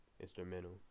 instrumental